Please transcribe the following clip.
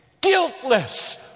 Guiltless